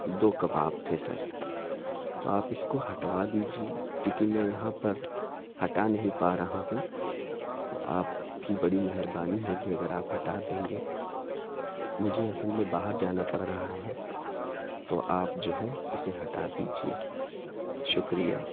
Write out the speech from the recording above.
دو کباب تھے سر تو آپ اس کو ہٹوا دیجیے کیونکہ میں یہاں پر ہٹا نہیں پا رہا ہوں تو آپ کی بڑی مہربانی ہوگی اگر آپ ہٹا دیں گے مجھے اصل میں باہر جانا پڑ رہا ہے تو آپ جو ہے اسے ہٹا دیجیے شکریہ